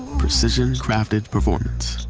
precision crafted performance.